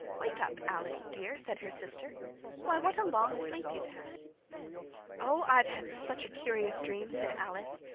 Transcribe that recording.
wake up, alice dear said her sister why, what a long sleep you've had oh, i've had such a curious dream said alice,